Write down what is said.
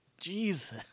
Jesus